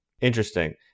Interesting